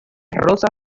rosa